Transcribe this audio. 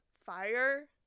fire